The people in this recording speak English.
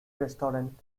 restaurant